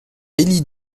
élie